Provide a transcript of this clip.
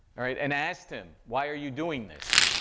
right, and asked him, why are you doing this?